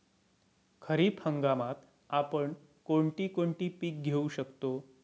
खरीप हंगामात आपण कोणती कोणती पीक घेऊ शकतो?